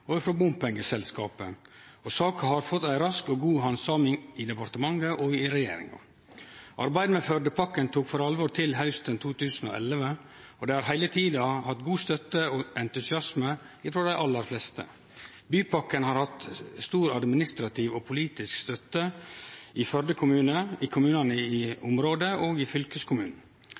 spissen, og frå bompengeselskapet. Saka har fått ei rask og god handsaming i departementet og i regjeringa. Arbeidet med Førdepakken tok for alvor til hausten 2011, og det har heile tida hatt god støtte og entusiasme frå dei aller fleste. Bypakken har hatt stor administrativ og politisk støtte i Førde kommune, i kommunane i området og i fylkeskommunen.